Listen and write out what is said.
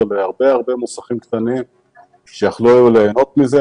להרבה מוסכים קטנים שיוכלו ליהנות מזה.